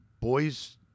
boys